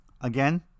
again